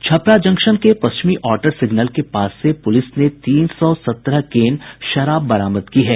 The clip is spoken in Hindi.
छपरा जंक्शन के पश्चिमी आउटर सिग्नल के पास से पूलिस ने तीन सौ सत्रह केन विदेशी शराब बरामद की है